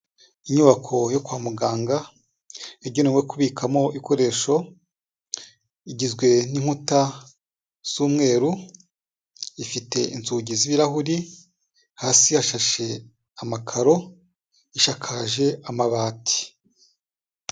Inyubako yo kwa muganga, igenewe kubikamo ibikoresho, igizwe n'inkuta z'umweru, ifite inzugi z'ibirahuri, hasi yashashe amakaro, ishakaje amabati.